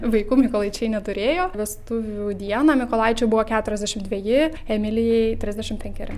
vaikų mykolaičiai neturėjo vestuvių dieną mykolaičiui buvo keturiasdešim dveji emilijai trisdešim penkeri